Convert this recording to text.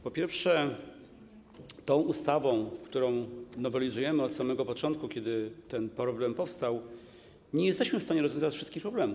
Po pierwsze, tą ustawą, którą nowelizujemy od samego początku, kiedy ten problem powstał, nie jesteśmy w stanie rozwiązać wszystkich problemów.